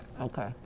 Okay